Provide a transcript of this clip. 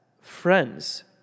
friends